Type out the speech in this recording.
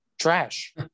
trash